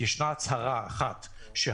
אלה בעיות פנימיות בחברה,